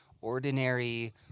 ordinary